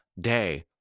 day